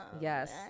yes